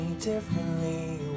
differently